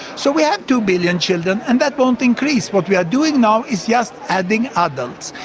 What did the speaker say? so we have two billion children, and that won't increase. what we are doing now is just adding adults,